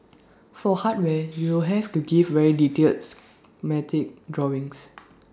for hardware you have to give very detailed schematic drawings